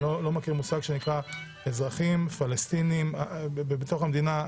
אני לא מכיר מושג שנקרא "אזרחים פלסטינים בתוך המדינה".